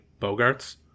Bogarts